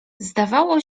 zdawało